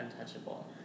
untouchable